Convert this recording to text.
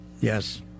yes